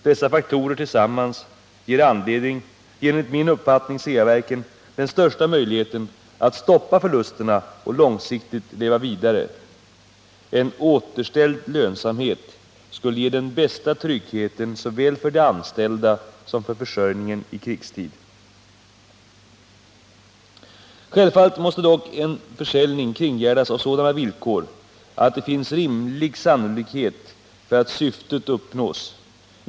Dessa faktorer tillsammans ger enligt min uppfattning Ceaverken den största möjligheten att stoppa förlusterna och långsiktigt leva vidare. En återställd lönsamhet skulle ge den bästa tryggheten såväl för de anställda som för försörjningen i kristid. Självfallet måste dock en försäljning kringgärdas av sådana villkor att det finns rimlig sannolikhet att syftet uppnås.